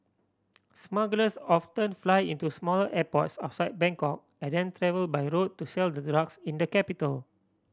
smugglers often fly into smaller airports outside Bangkok and then travel by road to sell the drugs in the capital